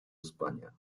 españa